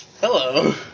Hello